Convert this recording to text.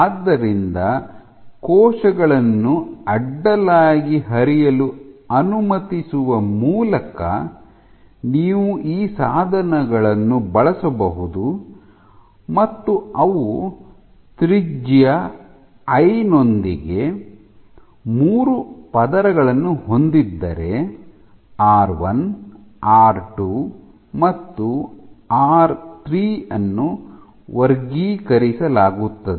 ಆದ್ದರಿಂದ ಕೋಶಗಳನ್ನು ಅಡ್ಡಲಾಗಿ ಹರಿಯಲು ಅನುಮತಿಸುವ ಮೂಲಕ ನೀವು ಈ ಸಾಧನಗಳನ್ನು ಬಳಸಬಹುದು ಮತ್ತು ಅವು ತ್ರಿಜ್ಯ ಐ ನೊಂದಿಗೆ ಮೂರು ಪದರಗಳನ್ನು ಹೊಂದಿದ್ದರೆ ಆರ್ 1 ಆರ್ 2 ಮತ್ತು ಆರ್ 3 ಅನ್ನು ವರ್ಗೀಕರಿಸಲಾಗುತ್ತದೆ